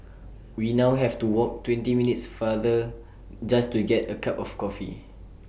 we now have to walk twenty minutes farther just to get A cup of coffee